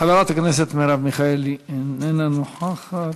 חברת הכנסת מרב מיכאלי, איננה נוכחת.